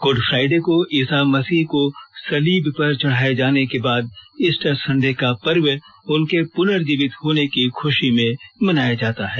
good Friday को ईसा मसीह को सलीब पर चढ़ाये जाने के बाद ईस्टर संडे का पर्व उनके पुनर्जीवित होने की खुशी में मनाया जाता है